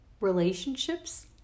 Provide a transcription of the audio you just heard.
relationships